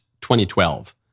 2012